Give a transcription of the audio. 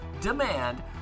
demand